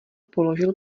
položil